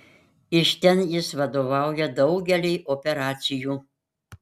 iš ten jis vadovauja daugeliui operacijų